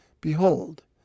behold